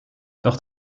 doch